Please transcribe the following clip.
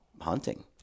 hunting